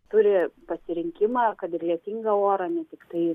turi pasirinkimą kad ir lietingą orą ne tiktai